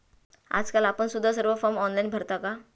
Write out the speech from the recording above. आजकाल आपण सुद्धा सर्व फॉर्म ऑनलाइन भरता का?